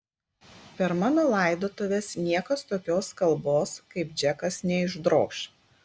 per mano laidotuves niekas tokios kalbos kaip džekas neišdroš